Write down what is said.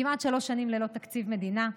כמעט שלוש שנים ללא תקציב מדינה,